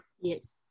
Yes